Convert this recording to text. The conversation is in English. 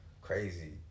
crazy